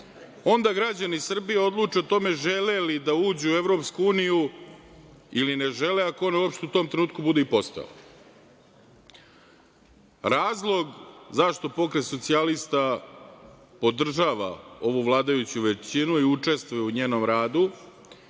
onda građani Srbije odluče o tome žele li da uđu u EU ili ne žele, ako on uopšte u tom trenutku i bude postojala. Razlog zašto Pokret Socijalista podržava ovu vladajuću većinu i učestvuje u njenom radu,